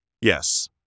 yes